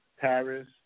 Paris